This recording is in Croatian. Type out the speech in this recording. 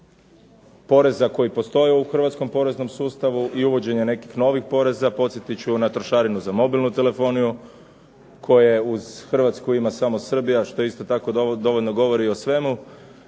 poreza koji postoje u Hrvatskom poreznom sustavu i uvođenje nekih novih poreza podsjetit ću trošarinu za mobilnu telefoniju, koju uz Hrvatsku ima samo Srbija što dovoljno govori o svemu,